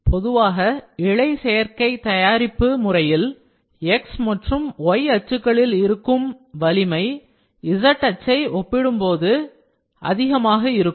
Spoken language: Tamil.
பொதுவாக இழை சேர்க்கை தயாரிப்பு முறையில் x மற்றும் y அச்சுகளில் z அச்சை ஒப்பிடும்போது வலிமை அதிகமாக இருக்கும்